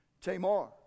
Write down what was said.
Tamar